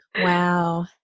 Wow